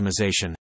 optimization